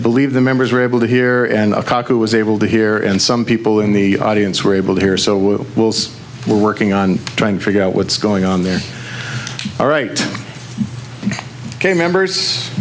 believe the members were able to hear and akaka was able to hear and some people in the audience were able to hear so wells we're working on trying to figure out what's going on there all right ok members